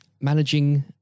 managing